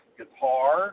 guitar